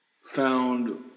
found